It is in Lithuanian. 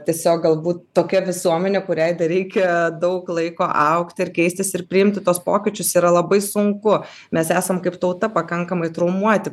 tiesiog galbūt tokia visuomenė kuriai dar reikia daug laiko augti ir keistis ir priimti tuos pokyčius yra labai sunku mes esam kaip tauta pakankamai traumuoti